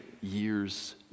years